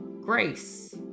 grace